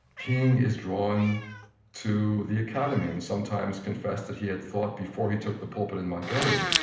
king is drawn to the academy and sometimes confessed that he had thought, before he took the pulpit in montgomery,